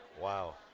Wow